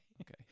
Okay